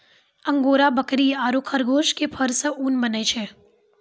angora बकरी आरो खरगोश के फर सॅ ऊन बनै छै